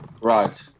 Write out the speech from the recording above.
Right